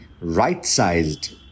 right-sized